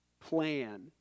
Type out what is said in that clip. plan